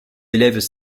élèves